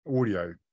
audio